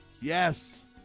Yes